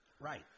Right